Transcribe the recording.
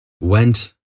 went